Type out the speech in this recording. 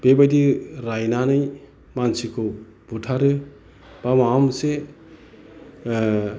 बेबायदि रायनानै मानसिखौ बुथारो बा माबा मोनसे